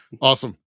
Awesome